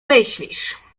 myślisz